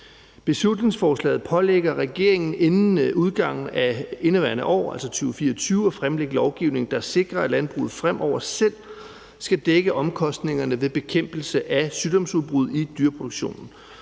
Beslutningsforslaget pålægger regeringen inden udgangen af indeværende år, altså 2024, at fremlægge lovgivning, der sikrer, at landbruget fremover selv skal dække omkostningerne ved bekæmpelse af sygdomsudbrud i dyreproduktionen.